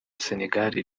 sénégal